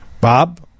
Bob